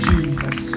Jesus